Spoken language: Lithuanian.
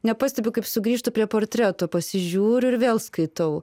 nepastebiu kaip sugrįžtu prie portretų pasižiūriu ir vėl skaitau